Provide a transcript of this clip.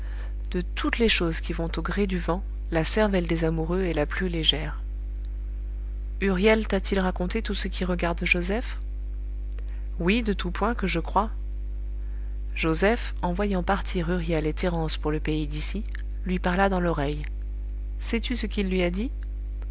de toutes les choses qui vont au gré du vent la cervelle des amoureux est la plus légère huriel t'a-t-il raconté tout ce qui regarde joseph oui de tous points que je crois joseph en voyant partir huriel et thérence pour le pays d'ici lui parla dans l'oreille sais-tu ce qu'il lui a dit